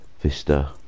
Vista